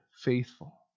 faithful